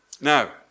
Now